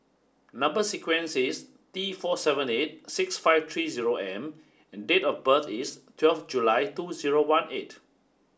number sequence is T four seven eight six five three zero M and date of birth is twelve July two zero one eight